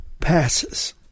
passes